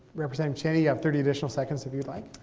representative cheney, you have thirty additional seconds if you'd like.